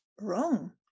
wrong